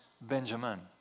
Benjamin